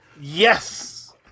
Yes